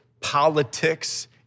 politics